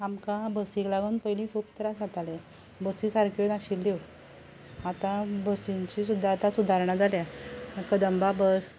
आमकां बसीक लागून पयलीं खूब त्रास जाताले बसी सारक्यो नाशिल्ल्यो आतां बसींची सुद्दां आतां सुदारणा जाल्या कदंबा बस